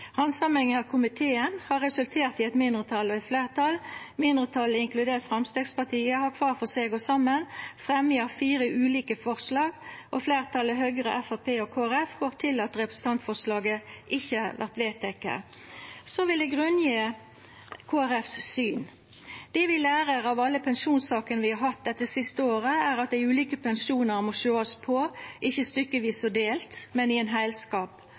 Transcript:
komiteen har resultert i eit mindretal og eit fleirtal. Mindretalet, inkludert Framstegspartiet, har kvar for seg og saman fremja fire ulike forslag, og fleirtalet, Høgre, Framstegspartiet og Kristeleg Folkeparti, rår til at representantforslaget ikkje vert vedteke. Så vil eg grunngje Kristeleg Folkeparti sitt syn: Det vi lærer av alle pensjonssakene vi har hatt dette siste året, er at dei ulike pensjonar må sjåast på ikkje stykkevis og delt, men i ein heilskap.